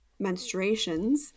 menstruations